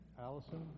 Allison